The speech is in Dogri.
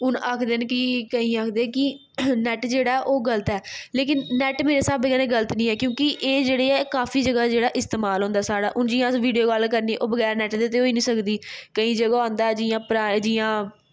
हून आखदे न कि केईं आखदे कि नैट जेह्ड़ा ओह् गल्त ऐ लेकिन नैट मेरे स्हाबै कन्नै गल्त निं ऐ क्योंकि एह् जेह्ड़ा ऐ काफी जगह् जेह्ड़ा इस्तमाल होंदा साढ़ा हून जियां असें वीडियो कॉल करनी ओह् बगैर नैट दे ते होई निं सकदी केईं जगह् होंदा जियां पराए जियां